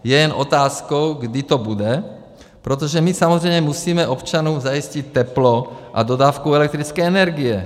Je jen otázkou, kdy to bude, protože my samozřejmě musíme občanům zajistit teplo a dodávku elektrické energie.